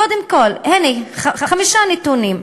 קודם כול, הנה חמישה נתונים: